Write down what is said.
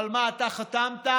אבל מה, אתה חתמת,